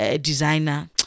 designer